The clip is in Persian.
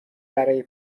برای